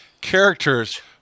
characters